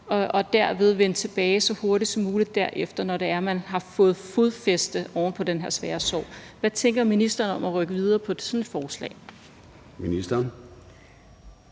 og vende tilbage så hurtigt som muligt derefter, når det er, man har fået fodfæste oven på den her svære sorg. Hvad tænker ministeren om at rykke videre med sådan et forslag?